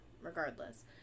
regardless